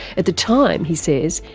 at the time, he says,